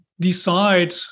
decide